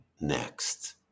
next